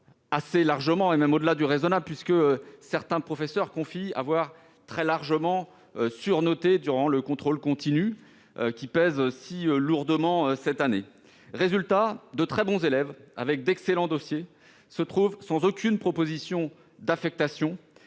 assez largement, et même au-delà du raisonnable, puisque certains professeurs confient avoir très grandement surnoté dans le cadre du contrôle continu, qui pèse si lourdement cette année. Résultat : de très bons élèves, dont le dossier est excellent, se retrouvent sans aucune proposition d'affectation,